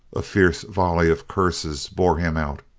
a fierce volley of curses bore him out.